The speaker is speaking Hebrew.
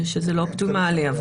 שזה לא אופטימלי.